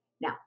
Now